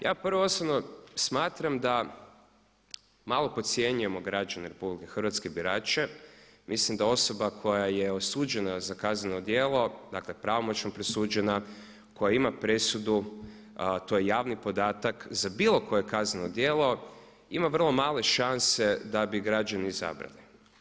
Ja prvo i osnovno smatram da malo podcjenjujemo građane hrvatske birače, mislim da osoba koja je osuđena za kazneno djelo, dakle pravomoćno presuđena, koja ima presudu to je javni podatak za bilo koje kazneno djelo i ima vrlo male šanse da bi je građani izabrali.